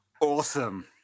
awesome